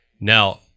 Now